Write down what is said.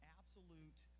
absolute